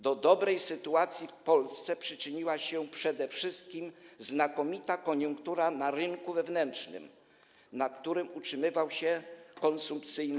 Do dobrej sytuacji w Polsce przyczyniła się przede wszystkim znakomita koniunktura na rynku wewnętrznym, na którym utrzymywał się boom konsumpcyjny.